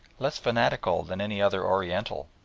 less fanatical than any other oriental,